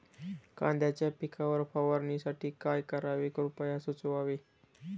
कांद्यांच्या पिकावर फवारणीसाठी काय करावे कृपया सुचवावे